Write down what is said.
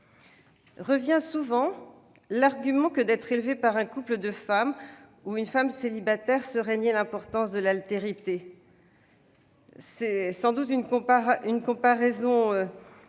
Revient souvent l'argument que d'être élevé par un couple de femmes ou une femme célibataire serait nier l'importance de l'altérité. La comparaison